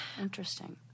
Interesting